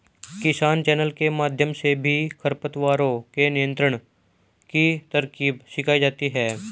किसान चैनल के माध्यम से भी खरपतवारों के नियंत्रण की तरकीब सिखाई जाती है